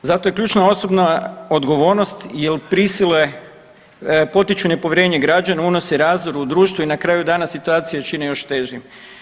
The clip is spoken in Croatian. Zato je ključna osobna odgovornost jer prisile potiču nepovjerenje građana, unose razdor u društvu i na kraju dana situacije čine još težim.